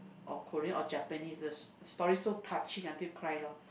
or Korean or Japanese the st~ story so touching until cry lor